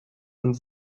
und